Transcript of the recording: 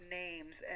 names